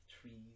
trees